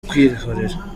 kwihorera